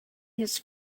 his